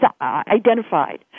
identified